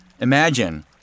Imagine